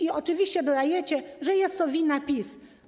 I oczywiście dodajecie, że jest to wina PiS.